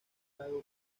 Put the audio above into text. lago